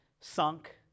sunk